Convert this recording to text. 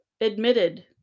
admitted